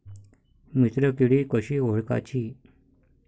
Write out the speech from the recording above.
मित्र किडी कशी ओळखाची?